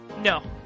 No